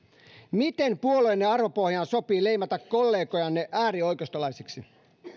miten puolueenne arvopohjaan sopii leimata kollegojanne äärioikeistolaisiksi